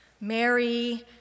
Mary